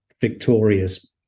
Victorious